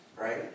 Right